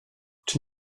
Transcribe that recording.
czy